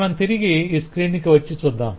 మనం తిరిగి ఈ స్క్రీన్ కి వచ్చి చూద్దాం